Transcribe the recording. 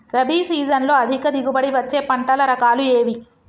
రబీ సీజన్లో అధిక దిగుబడి వచ్చే పంటల రకాలు ఏవి?